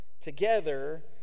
together